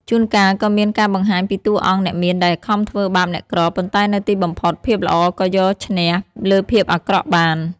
ជួនកាលក៏មានការបង្ហាញពីតួអង្គអ្នកមានដែលខំធ្វើបាបអ្នកក្រ ប៉ុន្តែនៅទីបំផុត ភាពល្អក៏យកឈ្នះលើភាពអាក្រក់បាន។